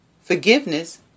forgiveness